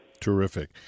Terrific